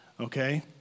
Okay